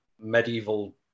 medieval